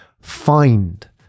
find